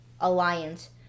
Alliance